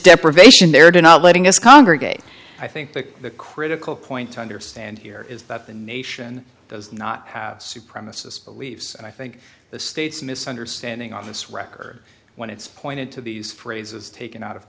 deprivation there to not letting us congregate i think the critical point to understand here is that the nation does not have supremacist beliefs and i think the state's misunderstanding on this record when it's pointed to these phrases taken out of